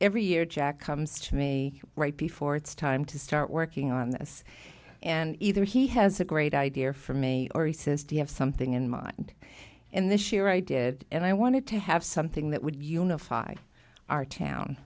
every year jack comes to me right before it's time to start working on this and either he has a great idea for me or he says do you have something in mind and this year i did and i wanted to have something that would unify our town